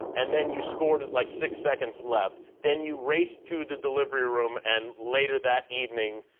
and then you scored like six seconds left. then you raced to the delivery room and later that evening,